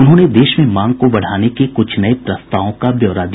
उन्होंने देश में मांग को बढ़ाने के कुछ नये प्रस्तावों का ब्यौरा दिया